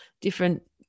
different